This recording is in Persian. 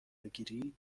بگیری